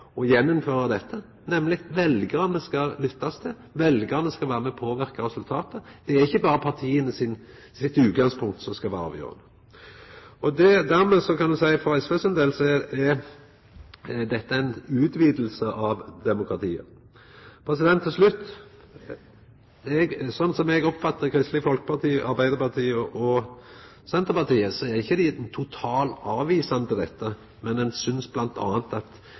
å gjeninnføra dette, nemleg at veljarane skal lyttast til, og veljarane skal vera med på å påverka resultatet. Det er ikkje berre partia sine utgangspunkt som skal vera avgjerande. Dermed er dette for SVs del ei utviding av demokratiet. Til slutt: Slik eg oppfattar Kristeleg Folkeparti, Arbeidarpartiet og Senterpartiet, er dei ikkje totalt avvisande til dette, men dei synest